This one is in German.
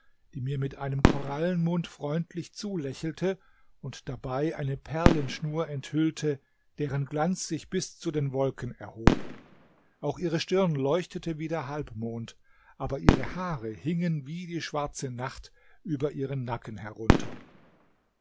die mir mit einem korallenmund freundlich zulächelte und dabei eine perlenschnur enthüllte deren glanz sich bis zu den wolken erhob auch ihre stirn leuchtete wie der halbmond aber ihre haare hingen wie die schwarze nacht über ihren nacken herunter